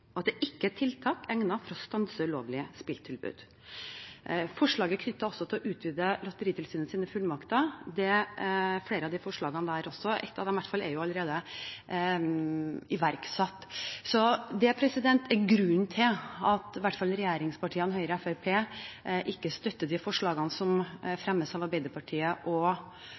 og at det ikke er et tiltak egnet for å stanse ulovlige spilltilbud. Til forslaget om å utvide Lotteritilsynets fullmakter og flere andre forslag: I hvert fall ett av dem er allerede iverksatt. Det er grunnen til at i hvert fall regjeringspartiene, Høyre og Fremskrittspartiet, ikke støtter de forslagene som fremmes av Arbeiderpartiet og